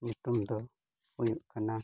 ᱧᱩᱛᱩᱢ ᱫᱚ ᱦᱩᱭᱩᱜ ᱠᱟᱱᱟ